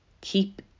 Keep